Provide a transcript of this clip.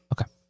Okay